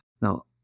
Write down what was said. Now